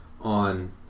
on